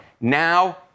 Now